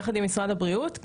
יחד עם משרד הבריאות,